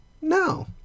No